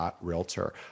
Realtor